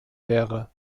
wäre